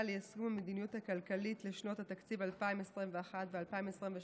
ליישום המדיניות הכלכלית לשנות התקציב 2021 ו-2022),